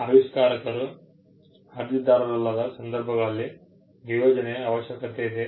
ಆವಿಷ್ಕಾರಕರು ಅರ್ಜಿದಾರರಲ್ಲದ ಸಂದರ್ಭಗಳಲ್ಲಿ ನಿಯೋಜನೆಯ ಅವಶ್ಯಕತೆಯಿದೆ